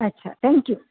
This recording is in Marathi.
अच्छा थँक्यू